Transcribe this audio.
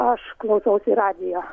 aš klausausi radijo